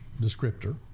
descriptor